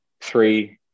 Three